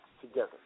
together